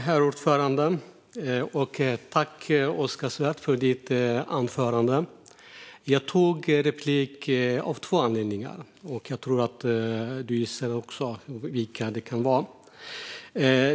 Herr talman! Tack, Oskar Svärd, för anförandet! Jag begärde replik av två anledningar, och jag tror att ledamoten kan gissa vilka de är.